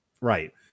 Right